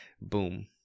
Boom